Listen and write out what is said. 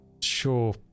sure